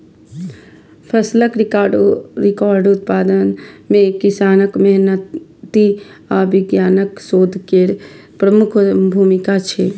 फसलक रिकॉर्ड उत्पादन मे किसानक मेहनति आ वैज्ञानिकक शोध केर प्रमुख भूमिका छै